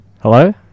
hello